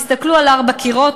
תסתכלו על ארבעה קירות,